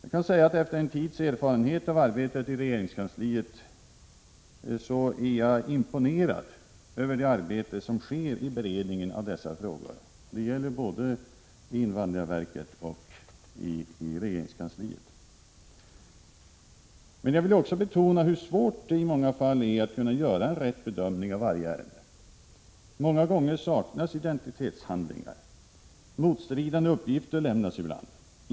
Efter en tids erfarenhet av arbetet i regeringskansliet är jag imponerad av det arbete som sker vid beredningen av dessa frågor. Det gäller både invandrarverket och regeringskansliet. Jag vill också betona hur svårt det är att kunna göra en riktig bedömning av varje ärende. Många gånger saknas identitetshandlingar. Motstridiga uppgifter lämnas ibland.